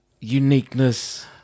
uniqueness